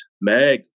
Meg